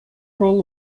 role